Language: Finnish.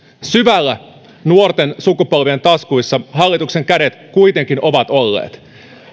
syvällä nuorten sukupolvien taskuissa hallituksen kädet kuitenkin ovat olleet